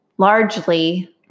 largely